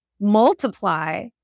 multiply